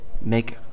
make